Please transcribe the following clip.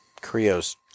Creo's